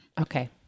Okay